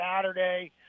Saturday